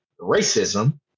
racism